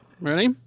Ready